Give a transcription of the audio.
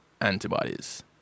antibodies